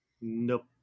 Nope